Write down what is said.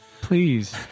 Please